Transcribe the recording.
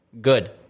good